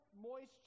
moisture